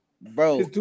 Bro